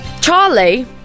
Charlie